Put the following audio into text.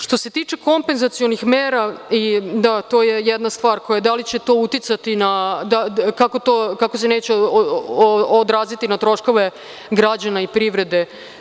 Što se tiče kompenzacionih mera, to je jedna stvar, da li će to uticati, kako se to neće odraziti na troškove građana i privrede…